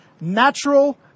natural